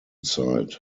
side